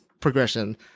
progression